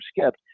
skipped